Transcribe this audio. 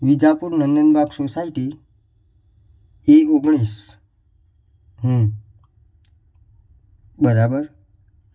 Vijapur Nandanbag society E ઓગણીસ બરાબર